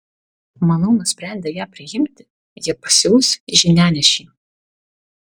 manau nusprendę ją priimti jie pasiųs žinianešį